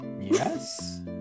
Yes